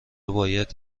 باید